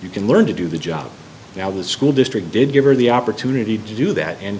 you can learn to do the job now the school district did give her the opportunity to do that and